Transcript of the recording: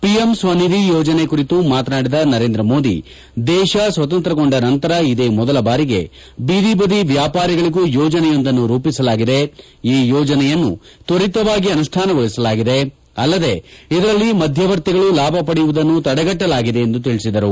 PM Svanidhi ಯೋಜನೆ ಕುರಿತು ಮಾತನಾಡಿದ ನರೇಂದ್ರ ಮೋದಿ ದೇಶ ಸ್ವತಂತ್ರಗೊಂಡ ನಂತರ ಇದೇ ಮೊದಲ ಬಾರಿಗೆ ಬೀದಿಬದಿ ವ್ಯಾಪಾರಿಗಳಿಗೂ ಯೋಜನೆಯೊಂದನ್ನು ರೂಪಿಸಲಾಗಿದೆ ಈ ಯೋಜನೆಯನ್ನು ತ್ವರಿತವಾಗಿ ಅನುಷ್ಠಾನಗೊಳಿಸಲಾಗಿದೆ ಅಲ್ಲದೆ ಇದರಲ್ಲಿ ಮಧ್ಯವರ್ತಿಗಳು ಲಾಭ ಪಡೆಯುವುದನ್ನು ತಡೆಗಟ್ಟಲಾಗಿದೆ ಎಂದು ತಿಳಿಸಿದರು